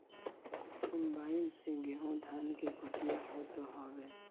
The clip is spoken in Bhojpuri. कम्बाइन से गेंहू धान के कटिया होत हवे